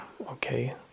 okay